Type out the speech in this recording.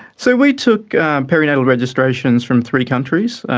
so we took perinatal registrations from three countries,